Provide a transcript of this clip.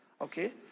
Okay